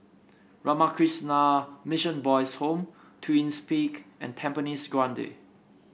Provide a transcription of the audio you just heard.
Ramakrishna Mission Boys' Home Twins Peak and Tampines Grande